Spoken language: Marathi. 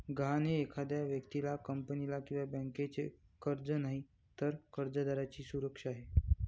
गहाण हे एखाद्या व्यक्तीला, कंपनीला किंवा बँकेचे कर्ज नाही, तर कर्जदाराची सुरक्षा आहे